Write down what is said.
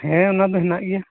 ᱦᱮᱸ ᱚᱱᱟᱫᱚ ᱦᱮᱱᱟᱜ ᱜᱮᱭᱟ